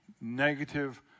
negative